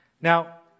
Now